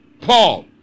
Paul